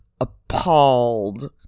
appalled